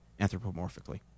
anthropomorphically